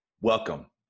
Welcome